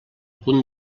punt